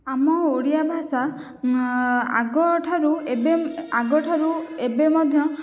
ଆମ ଓଡ଼ିଆ ଭାଷା ଆଗଠାରୁ ଏବେ ଆଗଠାରୁ ଏବେ ମଧ୍ୟ